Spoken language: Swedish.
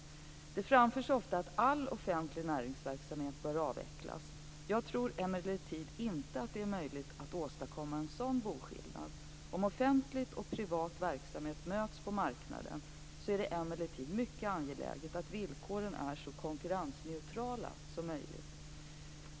Det framförs ofta att all offentlig näringsverksamhet bör avvecklas. Jag tror emellertid inte att det är möjligt att åstadkomma en sådan boskillnad. Om offentlig och privat verksamhet möts på marknaden är det emellertid mycket angeläget att villkoren är så konkurrensneutrala som möjligt.